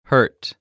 Hurt